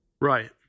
Right